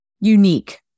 unique